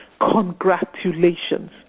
congratulations